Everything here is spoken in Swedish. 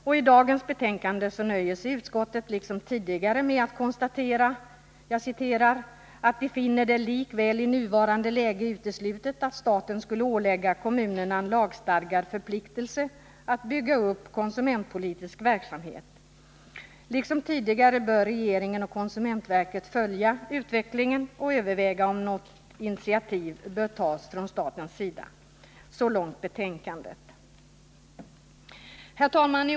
Och i dagens betänkande nöjer sig utskottet liksom tidigare med att konstatera: ”Utskottet finner det likväl i nuvarande läge uteslutet att staten skulle ålägga kommunerna en lagstadgad förpliktelse att bygga upp konsumentpolitisk verksamhet. Liksom hittills bör regeringen och konsumentverket följa utvecklingen och överväga om något initiativ bör tas från statens sida.” Herr talman!